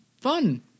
fun